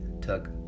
took